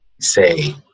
say